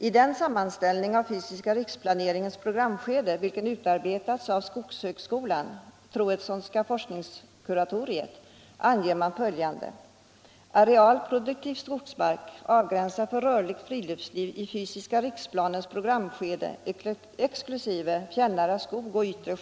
I den sammanställning av fysiska riksplaneringens programskede, vilken utarbetats av skogshögskolan — Troedssonska Forskningskuratoriet — anger man att arealen produktiv skogsmark, avgränsad för rörligt friluftsliv i fysiska riksplanens programskede — (exkl.